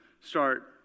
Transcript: start